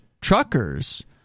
truckers